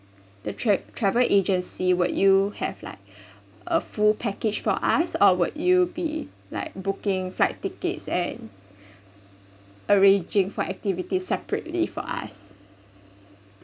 the tra~ travel agency would you have like a full package for us or would you be like booking flight tickets and arranging for activity separately for us